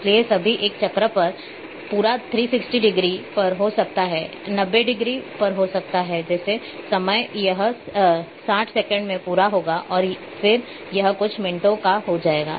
इसलिए सभी एक चक्र पूरा 360 डिग्री पर हो सकता है 90 डिग्री पर हो सकता है जैसे समय यह 60 सेकंड में पूरा होगा और फिर यह कुछ मिनटों का हो जाएगा